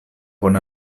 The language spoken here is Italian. con